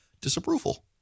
disapproval